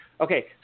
Okay